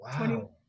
Wow